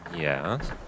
Yes